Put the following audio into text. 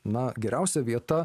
na geriausia vieta